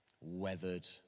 weathered